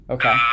Okay